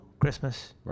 Christmas